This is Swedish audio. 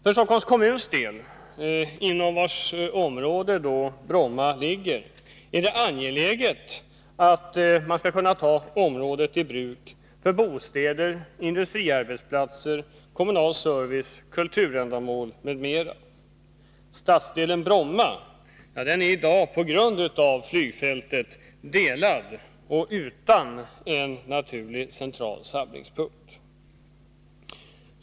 För Stockholms kommuns del, inom vars område Bromma ligger, är det angeläget att området kan tas i bruk för bostäder, industriarbetsplatser, kommunal service, kulturändamål m.m. Stadsdelen Bromma är i dag, på grund av flygfältet, delad och saknar en naturlig central samlingspunkt.